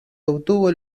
obtuvo